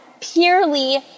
purely